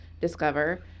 Discover